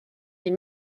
des